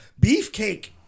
Beefcake